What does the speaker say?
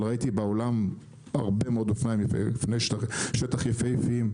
אבל ראיתי בעולם הרבה מאוד אופני שטח יפהפיים,